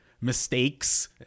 mistakes